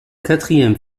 quatrième